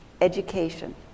education